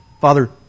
Father